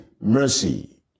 mercy